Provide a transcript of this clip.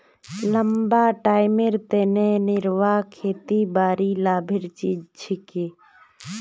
लंबा टाइमेर तने निर्वाह खेतीबाड़ी लाभेर चीज छिके